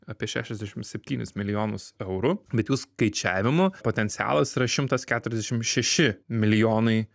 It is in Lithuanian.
apie šešiasdešim septynis milijonus eurų bet jų skaičiavimu potencialas yra šimtas keturiasdešim šeši milijonai